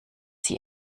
sie